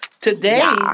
Today